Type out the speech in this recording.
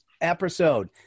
episode